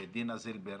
לדינה זילבר,